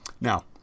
Now